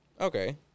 okay